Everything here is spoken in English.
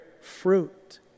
fruit